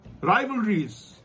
Rivalries